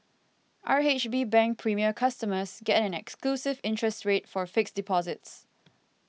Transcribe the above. R H B Bank Premier customers get an exclusive interest rate for fixed deposits